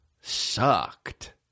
sucked